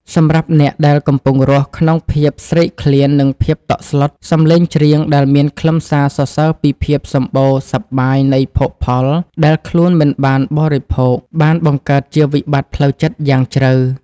សម្រាប់អ្នកដែលកំពុងរស់ក្នុងភាពស្រេកឃ្លាន និងភាពតក់ស្លុត សម្លេងច្រៀងដែលមានខ្លឹមសារសរសើរពីភាពសម្បូរសប្បាយនៃភោគផលដែលខ្លួនមិនដែលបានបរិភោគ បានបង្កើតជាវិបត្តិផ្លូវចិត្តយ៉ាងជ្រៅ។